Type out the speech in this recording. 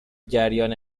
جریان